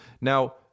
Now